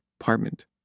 apartment